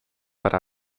para